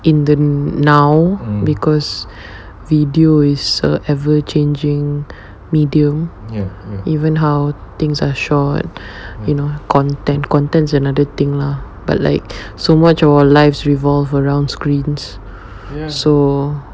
in the now because video is a ever changing medium even how things are short you know content contents another thing lah but like so much of our lives revolve around screens so and I feel is although we've